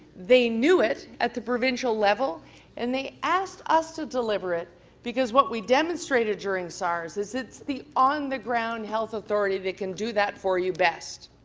they knew it at the provincial level and they asked us to deliver it because what we demonstrated during sars is it's the on the ground health authority that can do that for you best.